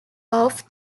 off